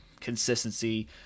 consistency